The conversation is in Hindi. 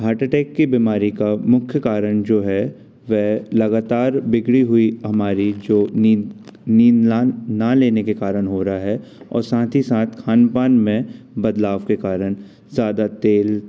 हार्ट एटैक की बीमारी का मुख्य कारण जो है वह लगातार बिगड़ी हुई हमारी जो नींद नींद ना ना लेने के कारण हो रहा है और साथ ही साथ खान पान में बदलाव के कारण ज़्यादा तेल